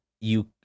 you-